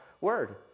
word